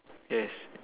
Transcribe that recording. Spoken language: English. yes